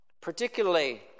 Particularly